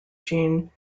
jean